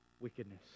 wickedness